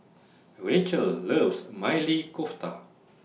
Rachael loves Maili Kofta